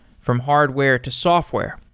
from hardware to software,